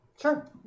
Sure